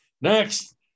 Next